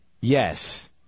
Yes